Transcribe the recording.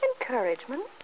Encouragement